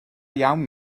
iawn